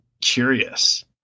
curious